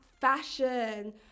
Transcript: fashion